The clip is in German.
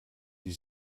die